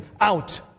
out